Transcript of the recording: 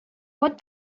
what